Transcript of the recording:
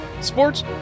sports